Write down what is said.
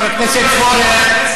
חבר הכנסת פורר,